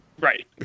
Right